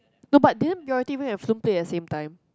no but didn't play at the same time